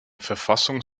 verfassung